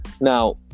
Now